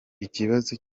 ikibazo